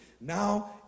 Now